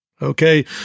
Okay